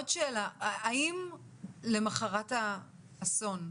האם למחרת האסון,